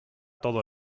todo